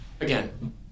again